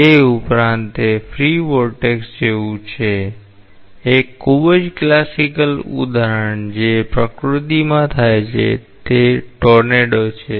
તે ઉપરાંત તે ફ્રી વોર્ટેક્સજેવું છે એક ખૂબ જ ક્લાસિકલ ઉદાહરણ જે પ્રકૃતિમાં થાય છે તે ટોર્નેડો છે